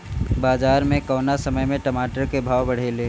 बाजार मे कौना समय मे टमाटर के भाव बढ़ेले?